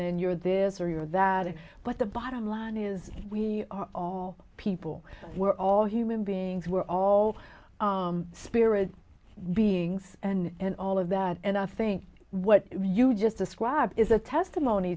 in your this or you're that but the bottom line is we are all people we're all human beings we're all spirit beings and all of that and i think what you just described is a testimony